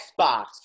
Xbox